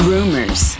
Rumors